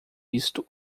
isto